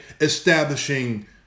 establishing